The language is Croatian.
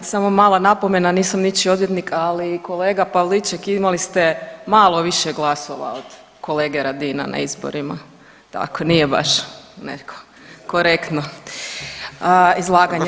Ajd samo mala napomena, nisam ničiji odvjetnik ali kolega Pavliček imali ste malo više glasova od kolege Radina na izborima, tako nije baš neko korektno izlaganje.